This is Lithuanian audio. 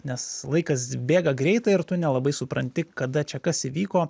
nes laikas bėga greitai ir tu nelabai supranti kada čia kas įvyko